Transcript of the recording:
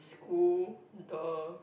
school the